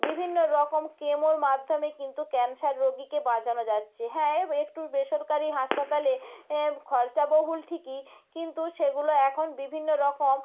বিভিন্ন রকম কেমোর মাধ্যমে কিন্তু ক্যানসার রোগীকে বাঁচানো যাচ্ছে হ্যাঁ একটু বেসরকারি হাসপাতালে খরচাবহুল ঠিকই কিন্তু সেগুলো এখন বিভিন্ন রকম